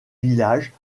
village